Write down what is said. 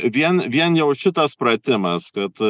vien vien jau šitas pratimas kad